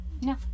No